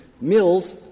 Mills